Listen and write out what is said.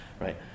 right